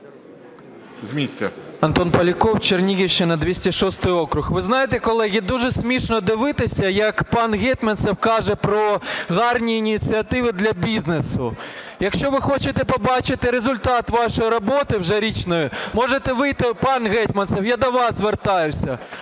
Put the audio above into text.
Антон Поляков, Чернігівщина, 206 округ. Ви знаєте, колеги, дуже смішно дивитись, як пан Гетманцев каже про гарні ініціативи для бізнесу. Якщо ви хочете побачити результат вашої роботи вже річної, можете вийти, пан Гетманцев, я до вас звертаюсь,